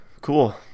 Cool